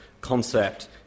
concept